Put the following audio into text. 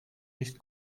nicht